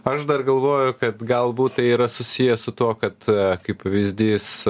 aš dar galvoju kad galbūt tai yra susiję su tuo kad kaip pavyzdys